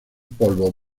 polvo